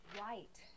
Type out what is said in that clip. White